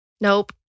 Nope